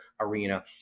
arena